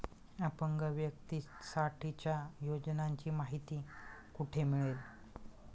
अपंग व्यक्तीसाठीच्या योजनांची माहिती कुठे मिळेल?